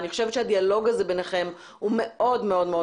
אני חושבת שהדיאלוג הזה ביניכם הוא מאוד מאוד מאוד